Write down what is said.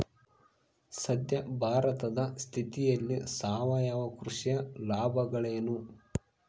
ಸದ್ಯ ಭಾರತದ ಸ್ಥಿತಿಯಲ್ಲಿ ಸಾವಯವ ಕೃಷಿಯ ಲಾಭಗಳೇನು?